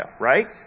right